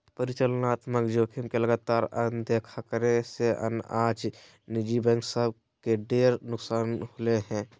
परिचालनात्मक जोखिम के लगातार अनदेखा करे से आज निजी बैंक सब के ढेर नुकसान होलय हें